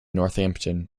northampton